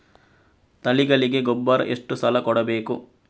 ತಳಿಗಳಿಗೆ ಗೊಬ್ಬರ ಎಷ್ಟು ಸಲ ಕೊಡಬೇಕು?